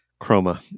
Chroma